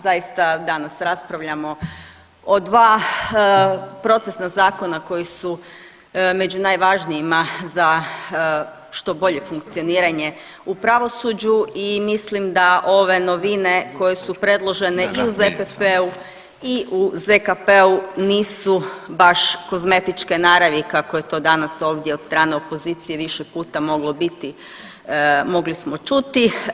Zaista danas raspravljamo o 2 procesna zakona koji su među najvažnijima za što bolje funkcioniranje u pravosuđu i mislim da ove novine koje su predložene i u ZPP-u i u ZKP-u nisu baš kozmetičke naravi kako je to danas ovdje od strane opozicije više puta moglo biti, mogli smo čuti.